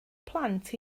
plant